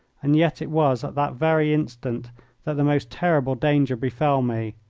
and yet it was at that very instant that the most terrible danger befell me.